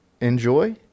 enjoy